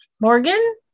Morgan